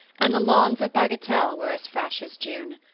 and the lawns of bagatelle were as fresh as june.